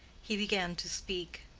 he began to speak.